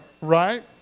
right